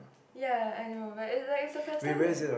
ya I know but it's like it's the first time that